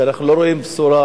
כי אנחנו לא רואים בשורה,